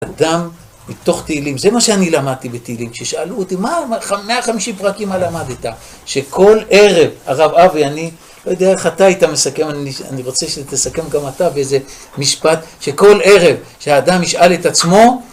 אדם בתוך תהילים, זה מה שאני למדתי בתהילים, ששאלו אותי מה, 150 פרקים מה למדת, שכל ערב הרב אבי, אני לא יודע איך אתה היית מסכם, אני רוצה שתסכם גם אתה באיזה משפט, שכל ערב שהאדם ישאל את עצמו